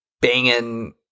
banging